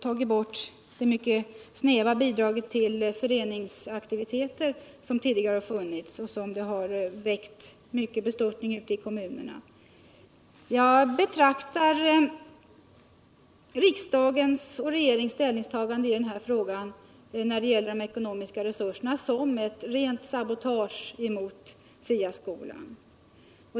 tagit bort det mycket lilla bidraget till föreningsaktiviteter, och det har väckt stor bestörtning ute i kommunerna. Jag betraktar riksdagens och regeringens ställningstagande när det gäller de ekonomiska resurserna som ett rent sabotage mot STA skolan.